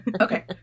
Okay